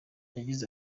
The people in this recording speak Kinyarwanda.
yagize